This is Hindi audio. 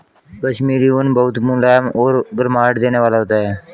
कश्मीरी ऊन बहुत मुलायम और गर्माहट देने वाला होता है